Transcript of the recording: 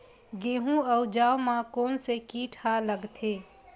गेहूं अउ जौ मा कोन से कीट हा लगथे?